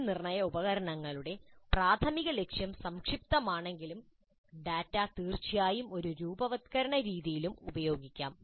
മൂല്യനിർണ്ണയ ഉപകരണങ്ങളുടെ പ്രാഥമിക ലക്ഷ്യം സംക്ഷിപ്തമാണെങ്കിലും ഡാറ്റ തീർച്ചയായും ഒരു രൂപവത്കരണ രീതിയിലും ഉപയോഗിക്കാം